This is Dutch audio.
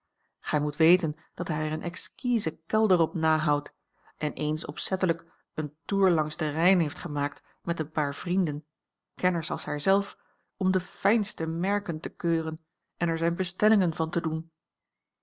gij moet weten dat hij er een exquisen kelder op nahoudt en eens opzettelijk een toer langs den rijn heeft gemaakt met een paar vrienden kenners als hij zelf om de fijnste merken te keuren en er zijne bestellingen van te doen